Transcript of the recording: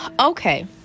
okay